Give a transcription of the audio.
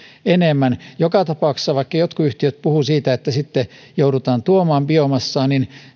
enemmän joka tapauksessa vaikka jotkut yhtiöt puhuvat siitä että sitten joudutaan tuomaan biomassaa niin